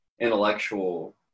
intellectual